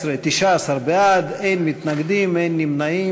19 בעד, אין מתנגדים, אין נמנעים.